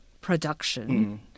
production